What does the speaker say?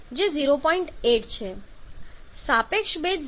8 છે સાપેક્ષ ભેજ 0